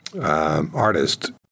artist